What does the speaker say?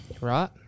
Right